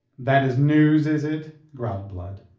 that is news, is it? growled blood.